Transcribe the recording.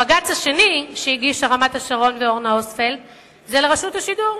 הבג"ץ השני שהגישו רמת-השרון ואורנה אוסטפלד הוא על רשות השידור.